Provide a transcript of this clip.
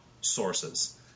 sources